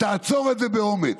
תעצור את זה באומץ.